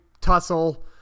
tussle